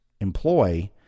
employ